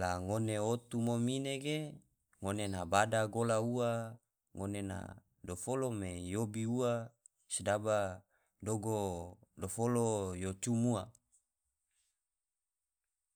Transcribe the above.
la ngone otu mom ine ge ngone bada gola ua, ngone na dofolo me yobi ua sodaba dogo dofolo yo jum ua.